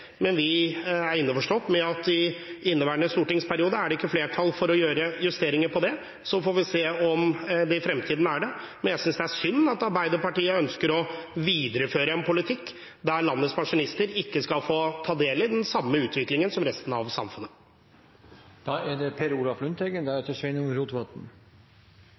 men vi er innforstått med at i inneværende stortingsperiode er det ikke flertall for å gjøre justeringer på det. Så får vi se om det i fremtiden er det. Men jeg synes det er synd at Arbeiderpartiet ønsker å videreføre en politikk der landets pensjonister ikke skal få ta del i den samme utviklingen som resten av samfunnet. Vi diskuterer nå arbeids- og sosialkomiteens budsjett – det